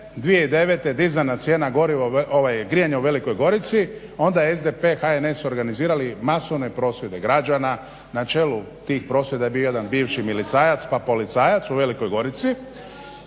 2009., dizana cijena grijanja u Velikoj Gorici onda su SDP i HNS su organizirali masovne prosvjede građana, na čelu tih prosvjeda je bio jedan bivši milicajac pa policajac u Velikoj Gorici